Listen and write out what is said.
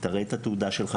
שיראה את התעודה שלו,